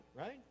right